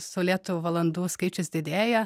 saulėtų valandų skaičius didėja